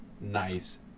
nice